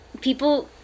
people